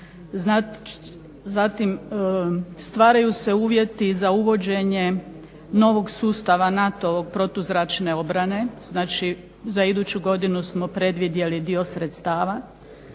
Zatim, stvaraju se uvjeti za uvođenje novog sustava NATO-vog protuzračne obrane. Znači, za iduću godinu smo predvidjeli dio sredstava.